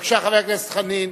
בבקשה, חבר הכנסת חנין.